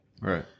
Right